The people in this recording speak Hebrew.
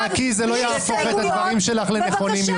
אם תצעקי זה לא יהפוך את הדברים שלך לנכונים יותר.